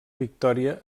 victòria